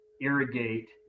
irrigate